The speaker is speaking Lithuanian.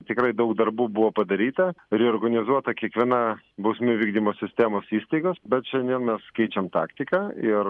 tikrai daug darbų buvo padaryta reorganizuota kiekviena bausmių vykdymo sistemos įstaigas bet šiandien mes keičiam taktiką ir